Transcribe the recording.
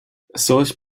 solch